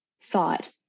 thought